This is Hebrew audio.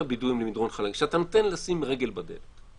הביטוי "מדרון חלקלק" כשאתה נותן לשים רגל בדלת.